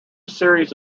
series